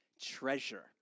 treasure